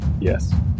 Yes